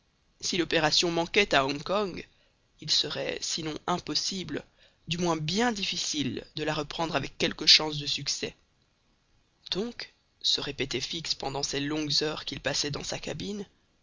si l'opération manquait à hong kong il serait sinon impossible du moins bien difficile de la reprendre avec quelque chance de succès donc se répétait fix pendant ces longues heures qu'il passait dans sa cabine